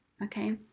Okay